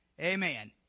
Amen